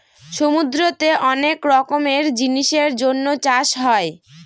সমুদ্রতে অনেক রকমের জিনিসের জন্য চাষ হয়